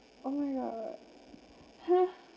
oh my god !huh!